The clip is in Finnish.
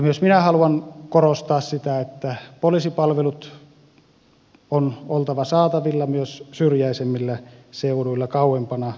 myös minä haluan korostaa sitä että poliisipalveluiden on oltava saatavilla myös syrjäisimmillä seuduilla kauempana kasvukeskuksista